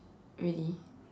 really